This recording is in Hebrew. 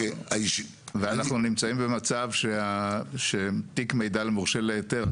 ואנחנו נמצאים במצב שתיק מידע למורשה להיתר,